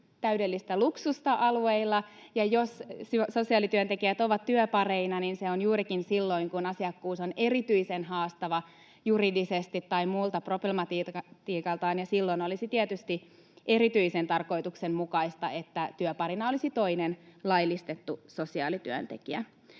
täydellistä luksusta alueilla. Jos sosiaalityöntekijät ovat työpareina, niin se on juurikin silloin, kun asiakkuus on erityisen haastava juridisesti tai muulta problematiikaltaan. Silloin olisi tietysti erityisen tarkoituksenmukaista, että työparina olisi toinen laillistettu sosiaalityöntekijä.